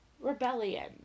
rebellion